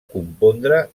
compondre